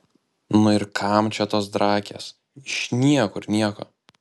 nu ir kam čia tos drakės iš niekur nieko